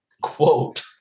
quote